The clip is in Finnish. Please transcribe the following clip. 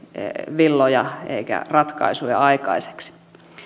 villoja eikä ratkaisuja aikaiseksi